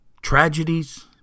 tragedies